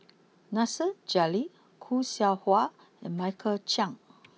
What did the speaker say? Nasir Jalil Khoo Seow Hwa and Michael Chiang